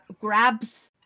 grabs